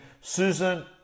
Susan